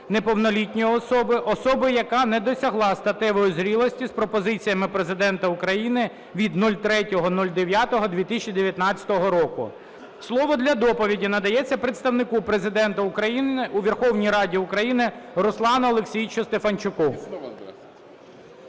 неповнолітньої особи, особи, яка не досягла статевої зрілості" з пропозиціями Президента України від 03.09.2019 року. Слово для доповіді надається представнику Президента України у Верховній Раді України Руслану Олексійовичу Стефанчуку.